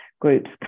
groups